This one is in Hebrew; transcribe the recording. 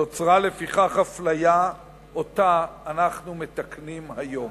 נוצרה, לפיכך, אפליה שאותה אנחנו מתקנים היום.